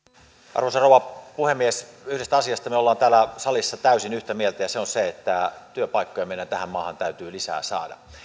arvoisa rouva puhemies yhdestä asiasta me olemme täällä salissa täysin yhtä mieltä ja se on se että työpaikkoja meidän tähän maahan täytyy lisää saada